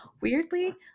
weirdly